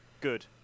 Good